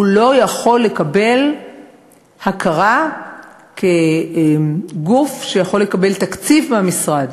הוא לא יכול לקבל הכרה כגוף שיכול לקבל תקציב מהמשרד.